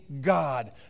God